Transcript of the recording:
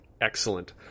Excellent